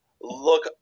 Look